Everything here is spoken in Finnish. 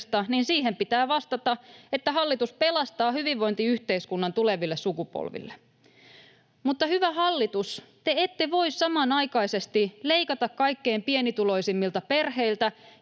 niin siihen pitää vastata, että hallitus pelastaa hyvinvointiyhteiskunnan tuleville sukupolville. Mutta, hyvä hallitus, te ette voi samanaikaisesti leikata kaikkein pienituloisimmilta perheiltä